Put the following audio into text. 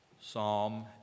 Psalm